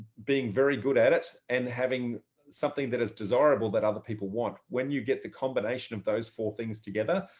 being very good at it and having something that is desirable that other people want. when you get the combination of those four things together,